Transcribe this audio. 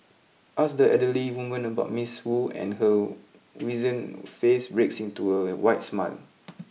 ask the elderly woman about Miss Wu and her wizened face breaks into a wide smile